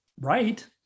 right